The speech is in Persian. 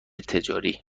تجاری